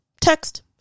Text